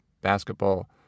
basketball